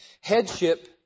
Headship